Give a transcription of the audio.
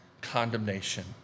condemnation